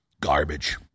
Garbage